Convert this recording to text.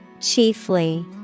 Chiefly